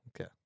Okay